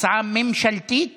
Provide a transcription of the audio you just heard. הצעה ממשלתית